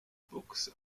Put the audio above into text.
books